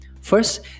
First